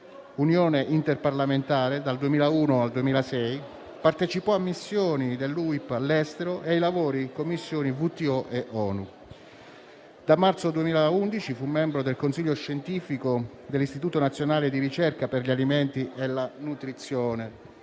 Unione interparlamentare dal 2001 al 2006; partecipò a missioni dell'UIP all'estero e ai lavori in Commissioni WTO e ONU. Da marzo 2011 fu membro del Consiglio scientifico dell'Istituto nazionale di ricerca per gli alimenti e la nutrizione.